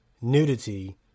nudity